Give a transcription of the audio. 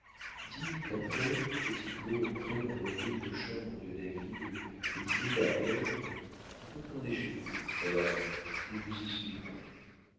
dix minutes après petit claud entrait dans l'horrible chambre de david et disait à ève retournez chez vous madame nous vous y suivrons